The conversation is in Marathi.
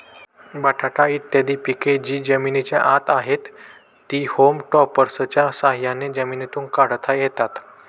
बटाटे इत्यादी पिके जी जमिनीच्या आत आहेत, ती होम टॉपर्सच्या साह्याने जमिनीतून काढता येतात